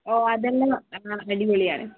ഓ അതെല്ലം നല്ല നല്ല അടിപൊളിയാണ്